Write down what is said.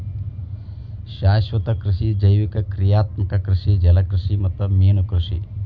ಶಾಶ್ವತ ಕೃಷಿ ಜೈವಿಕ ಕ್ರಿಯಾತ್ಮಕ ಕೃಷಿ ಜಲಕೃಷಿ ಮತ್ತ ಮೇನುಕೃಷಿ